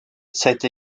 cette